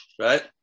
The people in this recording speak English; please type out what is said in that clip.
Right